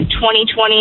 2020